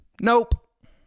Nope